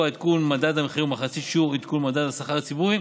עדכון מדד המחירים ומחצית שיעור עדכון מדד השכר הציבורי,